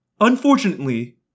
Unfortunately